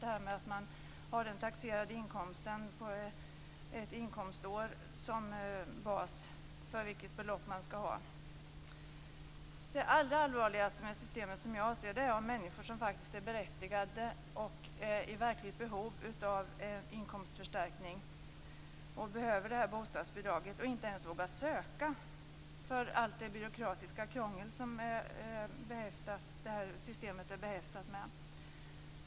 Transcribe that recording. Det gäller det faktum att den taxerade inkomsten ligger till grund för vilket belopp den som ansöker skall få. Det allra allvarligaste med systemet, som jag ser det, är att människor som faktiskt är berättigade till och i verkligt behov av en inkomstförstärkning inte ens vågar söka på grund av allt det byråkratiska krångel som detta system är behäftat med.